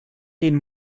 den